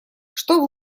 что